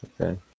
okay